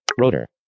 Rotor